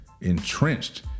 entrenched